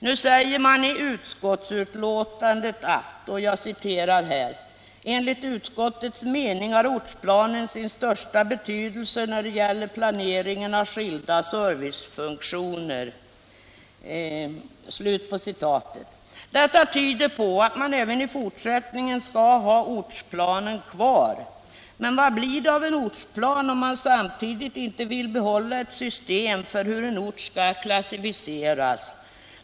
Nu säger man i utskottsbetänkandet: ”Enligt utskottets mening har ortsplanen sin största betydelse när det gäller planeringen av skilda servicefunktioner.” Detta tyder på att man även i fortsättningen skall ha ortsplanen kvar. Men vad blir det av en ortsplan om man samtidigt inte vill behålla systemet för hur en ort skall klassificeras?